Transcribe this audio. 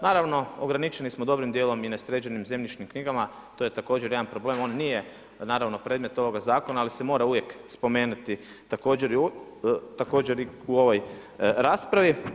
Naravno ograničeni smo dobrim djelom i nesređenim zemljišnim knjigama, to je također jedan problem, on nije naravno predmet ovoga zakona, ali se mora uvijek spomenuti također i u ovoj raspravi.